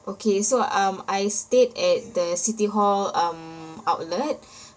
okay so um I stayed at the city hall um outlet